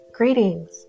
Greetings